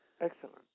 Excellent